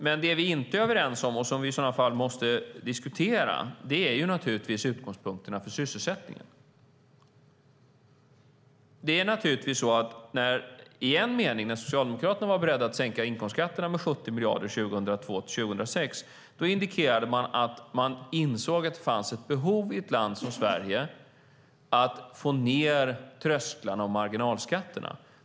Men det vi inte är överens om och som vi i sådana fall måste diskutera är naturligtvis utgångspunkterna för sysselsättningen. När Socialdemokraterna var beredda att sänka inkomstskatterna med 70 miljarder 2002-2006 indikerade man att man insåg att det fanns ett behov i ett land som Sverige av att få ned trösklarna och marginalskatterna.